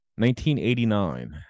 1989